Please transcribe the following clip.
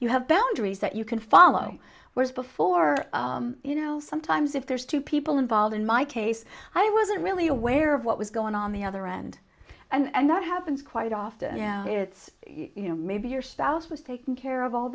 you have boundaries that you can follow whereas before you know sometimes if there's two people involved in my case i wasn't really aware of what was going on the other end and that happens quite often it's you know maybe your spouse was taking care of all